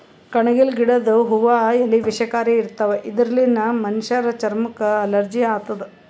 ಕಣಗಿಲ್ ಗಿಡದ್ ಹೂವಾ ಎಲಿ ವಿಷಕಾರಿ ಇರ್ತವ್ ಇದರ್ಲಿನ್ತ್ ಮನಶ್ಶರ್ ಚರಮಕ್ಕ್ ಅಲರ್ಜಿ ಆತದ್